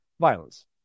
violence